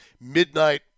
midnight